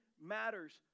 matters